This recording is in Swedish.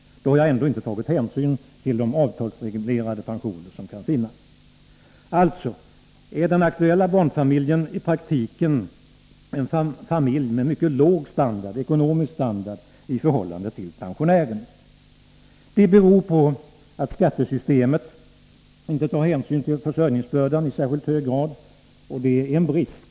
Då har jag ändå inte tagit hänsyn till de avtalsreglerade pensioner som kan finnas. Alltså är den aktuella barnfamiljen i praktiken en familj med mycket låg ekonomisk standard i förhållande till pensionären. Det beror på att skattesystemet inte tar hänsyn till försörjningsbördan i särskilt hög grad, och det är en brist.